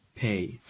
pay